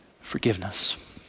Forgiveness